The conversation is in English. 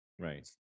Right